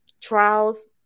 trials